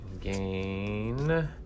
Gain